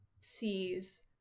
sees